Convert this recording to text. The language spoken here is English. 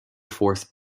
force